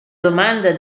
domanda